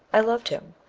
i loved him,